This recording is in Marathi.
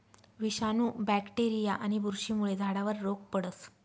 विषाणू, बॅक्टेरीया आणि बुरशीमुळे झाडावर रोग पडस